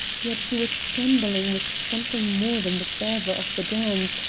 yet she was trembling with something more than the fervor of the dance,